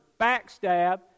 backstab